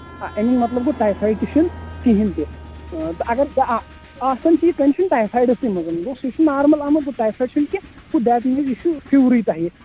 آ اَمیُک مطلب گوٚو ٹایفایڈ تہِ چھُ کِہیٖنٛۍ تہِ اَگر آ آسان چھُ یہِ کَنٛڈِشن ٹافایڈسٕے منٛز گوٚو سُہ چھُ نارمَل آمُت گوٚو ٹافیایڈ چھُنہٕ کیٚنٛہہ گوٚو دیٹ میٖنٕز یہِ چھُ فِیورٕے تۄہہِ